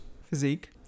physique